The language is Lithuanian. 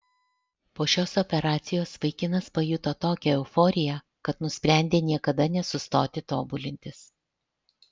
po šios operacijos vaikinas pajuto tokią euforiją kad nusprendė niekada nesustoti tobulintis